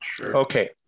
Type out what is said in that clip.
Okay